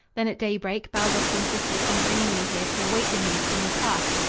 then at daybreak baldos insisted on bringing me here to await the news from the pass.